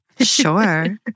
Sure